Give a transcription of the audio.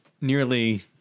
nearly